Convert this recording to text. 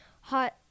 hot